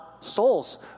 souls